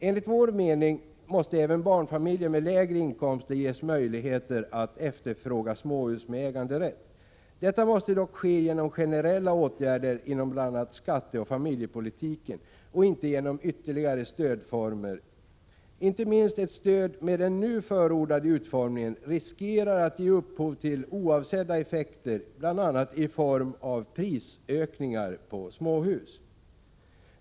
Enligt vår mening måste även barnfamiljer med lägre inkomster ges möjligheter att efterfråga småhus med äganderätt. Detta måste dock ske genom generella åtgärder inom bl.a. skatteoch familjepolitiken och inte genom ytterligare 9 stödformer. Det finns risk att ett stöd, inte minst med den nu förordade utformningen, ger oavsedda effekter, bl.a. i form av prisökningar på småhus.